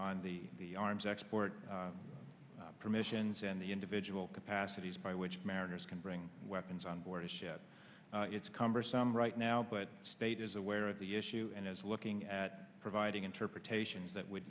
on the arms export permissions and the individual capacities by which mariners can bring weapons on board a ship it's cumbersome right now but state is aware of the issue and is looking at providing interpretations that would